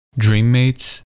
Dreammates